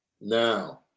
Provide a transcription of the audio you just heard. now